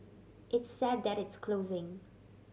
it's sad that it's closing